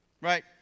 right